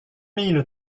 mille